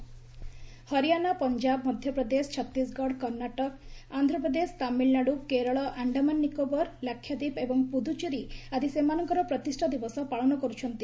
formation day Haryana Punjab Madhya Pradesh Chhattisgarh Karnataka Andhra Pradesh Tamil Nadu Kerala ଆଶ୍ରାମାନ ନିକୋବର ଲାକ୍ଷାଦ୍ୱୀପ ଏବଂ ପୁଦୁଚେରୀ ଆଦି ସେମାନଙ୍କର ପ୍ରତିଷ୍ଠା ଦିବସ ପାଳନ କରୁଛନ୍ତି